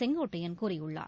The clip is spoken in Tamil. செங்கோட்டையன் கூறியுள்ளார்